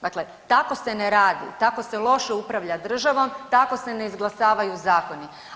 Dakle, tako se ne radi, tako se loše upravlja državom, tako se ne izglasavaju zakoni.